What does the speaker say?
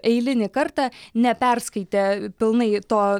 eilinį kartą neperskaitė pilnai to